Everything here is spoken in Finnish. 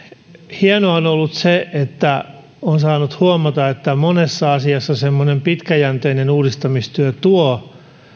hienoa on ollut se että on saanut huomata että monessa asiassa semmoinen pitkäjänteinen uudistamistyö tuo